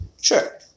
sure